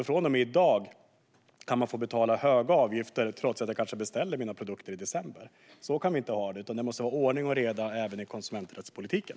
Från och med i dag kan jag få betala höga avgifter trots att jag kanske beställde mina produkter i december. Så kan vi inte ha det, utan det måste vara ordning och reda även i konsumenträttspolitiken.